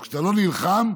אבל כשאתה לא נלחם?